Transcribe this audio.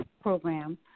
program